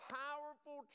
powerful